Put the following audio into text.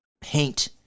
paint